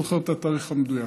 אני לא זוכר את התאריך המדויק.